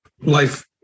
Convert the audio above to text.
life